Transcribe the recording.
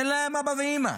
אין להם אבא ואימא.